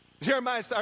Jeremiah